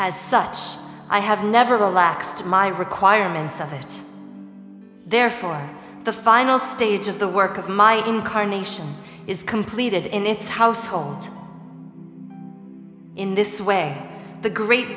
as such i have never relax my requirements of it therefore the final stage of the work of my incarnation is completed in its household in this way the great